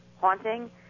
haunting